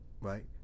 right